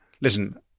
Listen